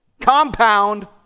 Compound